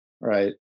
right